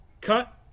cut